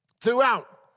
throughout